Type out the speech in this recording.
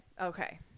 okay